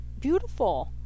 beautiful